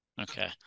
Okay